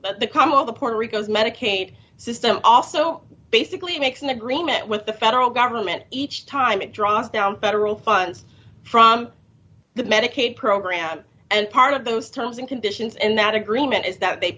rico the coming of the puerto rico's medicaid system also basically makes an agreement with the federal government each time it draws down federal funds from the medicaid program and part of those terms and conditions in that agreement is that they